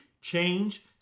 change